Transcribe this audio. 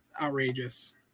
outrageous